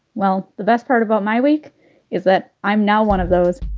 well, the best part about my week is that i'm now one of those.